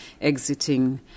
exiting